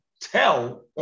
tell